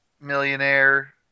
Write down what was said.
Millionaire